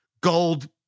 gold